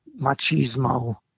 machismo